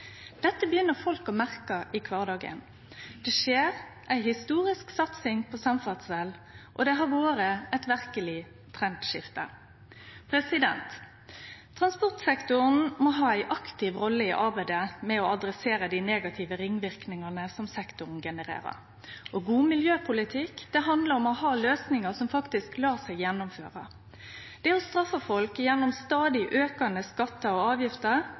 Dette begynner folk å merke i kvardagen. Det skjer ei historisk satsing på samferdsel, og det har vore eit verkeleg trendskifte. Transportsektoren må ha ei aktiv rolle i arbeidet med å adressere dei negative ringverknadene som sektoren genererer, og god miljøpolitikk handlar om å ha løysingar som faktisk lèt seg gjennomføre. Det å straffe folk gjennom stadig aukande skattar og avgifter